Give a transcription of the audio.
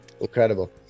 incredible